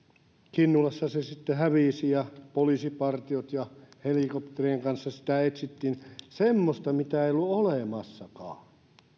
kinnulassa se sitten hävisi ja poliisipartioiden ja helikopterien kanssa sitä etsittiin siis semmoista mitä ei ollut olemassakaan